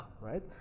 Right